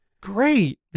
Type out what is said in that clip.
Great